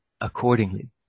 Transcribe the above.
accordingly